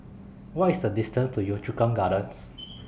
What IS The distance to Yio Chu Kang Gardens